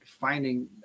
finding